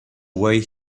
wait